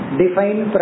define